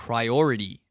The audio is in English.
Priority